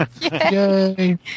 Yay